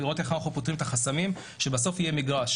לראות איך אנחנו פותרים את החסמים כך שבסוף יהיה מגרש,